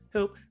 Help